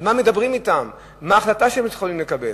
על מה מדברים אתם, ומה ההחלטה שהם יכולים לקבל.